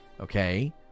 okay